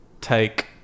take